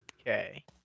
okay